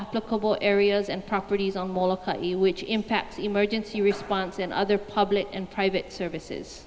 applicable areas and properties which impacts emergency response and other public and private services